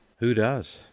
who does?